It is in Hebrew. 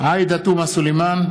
עאידה תומא סלימאן,